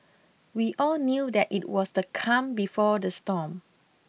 we all knew that it was the calm before the storm